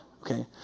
okay